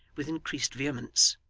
with increased vehemence.